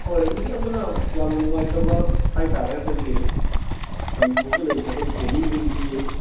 ꯍꯣꯏ ꯑꯗꯒꯤ ꯑꯃꯅ ꯌꯥꯝꯅ ꯅꯨꯡꯉꯥꯏꯇꯕ ꯍꯥꯏꯇꯥꯔꯦ ꯑꯩꯈꯣꯏꯒꯤ ꯃꯅꯤꯄꯨꯔꯗ ꯂꯩꯔꯤꯕ ꯑꯩꯈꯣꯏ ꯄꯣꯅꯤꯁꯤꯡꯁꯤ